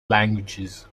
languages